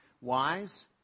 wise